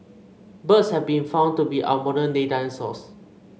birds have been found to be our modern day dinosaurs